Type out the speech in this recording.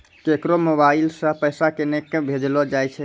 केकरो मोबाइल सऽ पैसा केनक भेजलो जाय छै?